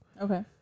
Okay